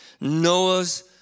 Noah's